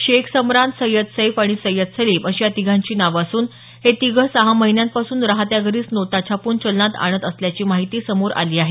शेख समरान सय्यद सैफ आणि सय्यद सलीम अशी या तिघांची नावं असून हे तिघे सहा महिन्यांपासून राहत्या घरीच नोटा छापून चलनात आणत असल्याची माहिती समोर आली आहे